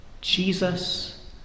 Jesus